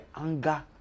anger